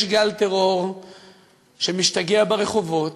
יש גל טרור שמשתגע ברחובות,